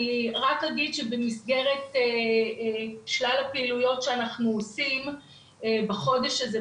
אני רק אגיד שבמסגרת שלל הפעילויות שאנחנו עושים בחודש הזה,